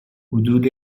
حدود